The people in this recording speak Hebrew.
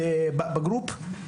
"בגרופ"?